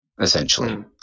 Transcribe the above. essentially